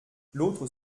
l’autre